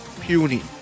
puny